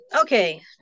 okay